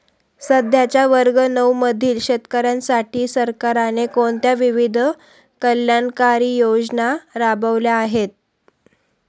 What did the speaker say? सध्याच्या वर्ग नऊ मधील शेतकऱ्यांसाठी सरकारने कोणत्या विविध कल्याणकारी योजना राबवल्या आहेत?